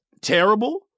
terrible